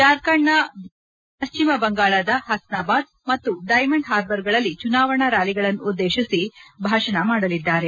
ಜಾರ್ಖಂಡ್ನ ದಿಯೋಫರ್ ಹಾಗೂ ಪಶ್ಚಿಮಬಂಗಾಳದ ಹಸ್ವಾಬಾದ್ ಮತ್ತು ಡೈಮಂಡ್ ಹಾರ್ಬರ್ಗಳಲ್ಲಿ ಚುನಾವಣಾ ರ್ಯಾಲಿಗಳನ್ನು ಉದ್ದೇಶಿಸಿ ಭಾಷಣ ಮಾಡಲಿದ್ದಾರೆ